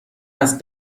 است